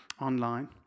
online